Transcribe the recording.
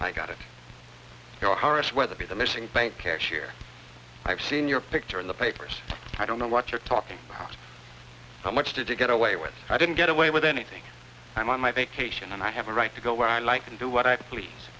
i got to go horace weatherby the missing bank cashier i've seen your picture in the papers i don't know what you're talking about how much did you get away with i didn't get away with anything i'm on my vacation and i have a right to go where i like and do what i please